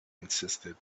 insisted